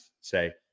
say